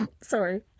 Sorry